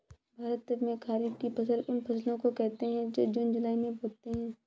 भारत में खरीफ की फसल उन फसलों को कहते है जो जून जुलाई में बोते है